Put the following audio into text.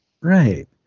Right